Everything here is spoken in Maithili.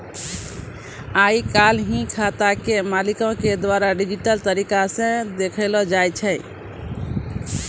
आइ काल्हि खाता के मालिको के द्वारा डिजिटल तरिका से देखलो जाय छै